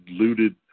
looted